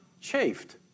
chafed